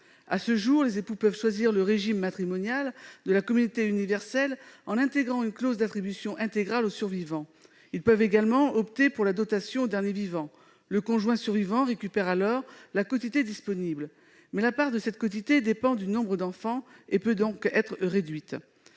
À ce jour, les époux peuvent choisir le régime matrimonial de la communauté universelle en intégrant une clause d'attribution intégrale au survivant. Ils peuvent également opter pour la dotation au dernier vivant. Le conjoint survivant récupère alors la quotité disponible. Mais la part de cette quotité dépend du nombre d'enfants et peut donc être très réduite.